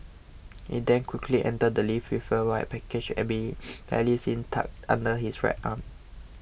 he then quickly enters the lift with a white package barely seen tucked under his right arm